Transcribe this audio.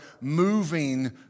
moving